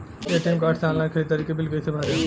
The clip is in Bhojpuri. ए.टी.एम कार्ड से ऑनलाइन ख़रीदारी के बिल कईसे भरेम?